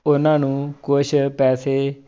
ਉਹਨਾਂ ਨੂੰ ਕੁਛ ਪੈਸੇ